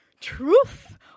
Truth